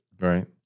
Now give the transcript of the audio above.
Right